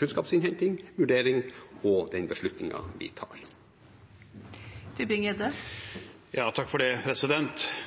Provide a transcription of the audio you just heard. kunnskapsinnhenting, vurdering og den beslutningen vi tar.